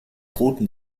roten